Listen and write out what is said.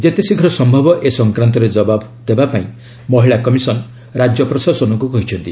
ଯେତେ ଶୀଘ୍ର ସମ୍ଭବ ଏ ସଂକ୍ରାନ୍ତରେ ଜବାବ ଦେବାକୁ ମହିଳା କମିଶନ୍ ରାଜ୍ୟ ପ୍ରଶାସନକୁ କହିଛନ୍ତି